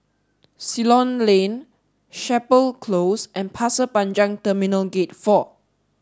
Ceylon Lane Chapel Close and Pasir Panjang Terminal Gate four